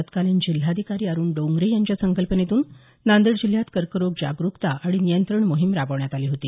तत्कालीन जिल्हाधिकारी अरूण डोंगरे यांच्या संकल्पनेतून नांदेड जिल्ह्यात कर्करोग जागरूकता आणि नियंत्रण मोहिम राबवण्यात आली होती